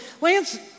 Lance